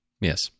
Yes